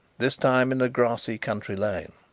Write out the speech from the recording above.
this time in a grassy country lane.